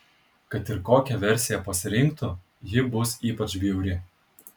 kad ir kokią versiją pasirinktų ji bus ypač bjauri